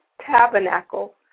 tabernacle